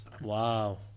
Wow